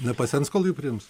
nepasens kol jį priims